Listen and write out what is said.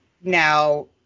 now